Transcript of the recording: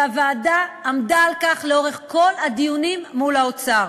והוועדה עמדה על כך לאורך כל הדיונים מול האוצר.